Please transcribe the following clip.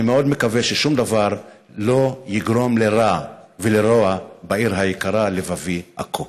אני מאוד מקווה ששום דבר לא יגרום לרע ולרוע בעיר היקרה ללבבי עכו.